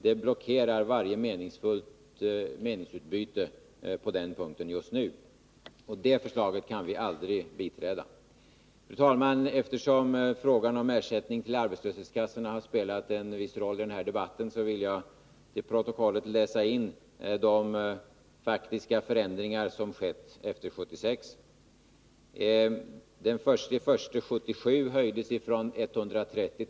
Det blockerar varje meningsfullt åsiktsutbyte på den punkt som det gäller just nu. Det förslaget kan vi aldrig biträda. Fru talman! Eftersom frågan om ersättning till arbetslöshetskassorna har spelat en viss roll i denna debatt, vill jag till protokollet läsa in de faktiska förändringar som skett efter 1976. Den första januari 1977 höjdes den högsta ersättningen från 130 kr.